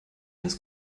das